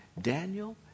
Daniel